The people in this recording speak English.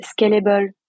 scalable